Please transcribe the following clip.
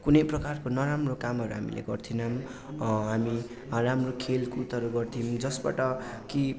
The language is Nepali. कुनै प्रकारको नराम्रो कामहरू हामीले गर्थेनौँ हामी राम्रो खेलकुदहरू गर्थ्यौँ जसबाट कि